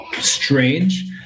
strange